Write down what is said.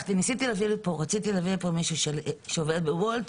רציתי להביא לפה מישהו שעובד בוולט,